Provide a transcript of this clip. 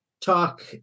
talk